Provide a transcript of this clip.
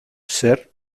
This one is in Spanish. ser